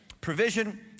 Provision